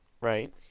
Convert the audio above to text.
right